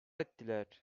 ettiler